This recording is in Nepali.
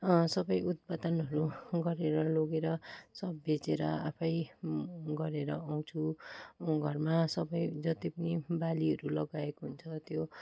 सबै उत्पादनहरू गरेर लगेर सबै बेचेर आफैँ गरेर आउँछु घरमा सबै जति पनि बालीहरू लगाएको हुन्छ त्यो